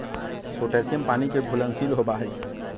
potassium पानी के घुलनशील होबा हई